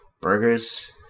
burgers